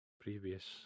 previous